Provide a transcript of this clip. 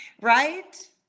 Right